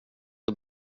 att